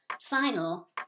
final